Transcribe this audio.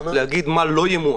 להגיד מה לא ימועט,